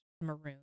maroon